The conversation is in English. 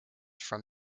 from